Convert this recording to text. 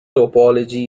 topology